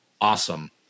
Awesome